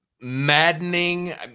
maddening